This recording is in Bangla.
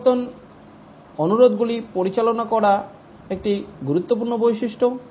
পরিবর্তন অনুরোধগুলি পরিচালনা করা একটি গুরুত্বপূর্ণ বৈশিষ্ট্য